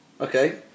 Okay